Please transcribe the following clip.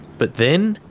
but then,